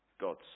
God's